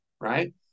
right